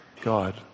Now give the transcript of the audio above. God